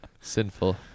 Sinful